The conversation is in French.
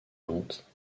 lente